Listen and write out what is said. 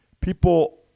people